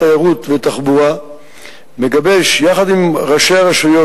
התיירות והתחבורה מגבש יחד עם ראשי הרשויות,